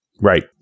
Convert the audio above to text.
Right